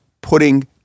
putting